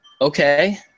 okay